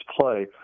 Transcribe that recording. play